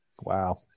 Wow